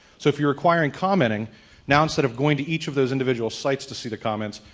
so if you're requiring commenting now instead of going to each of those individual sites to see the comments,